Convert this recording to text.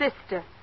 sister